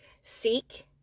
Seek